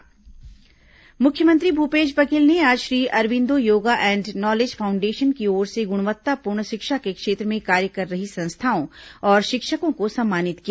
मुख्यमंत्री गुणवत्तापूर्ण शिक्षा मुख्यमंत्री भूपेश बघेल ने आज Shri Aurobindo yoga and knowledge foundation की ओर से गुणवत्तापूर्ण शिक्षा के क्षेत्र में कार्य कर रही संस्थाओं और शिक्षकों को सम्मानित किया